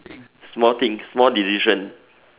small things small decision